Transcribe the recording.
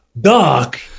Doc